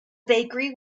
bakery